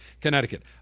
Connecticut